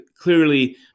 clearly